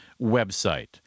website